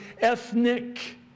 ethnic